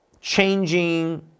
changing